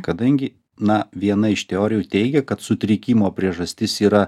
kadangi na viena iš teorijų teigia kad sutrikimo priežastis yra